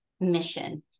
mission